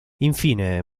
infine